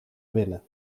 winnen